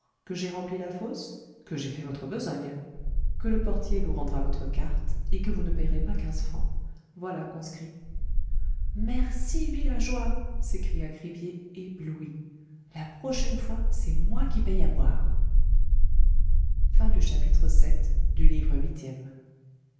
que j'ai rempli la fosse que j'ai fait votre besogne que le portier vous rendra votre carte et que vous ne payerez pas quinze francs voilà conscrit merci villageois s'écria gribier ébloui la prochaine fois c'est moi qui paye à boire chapitre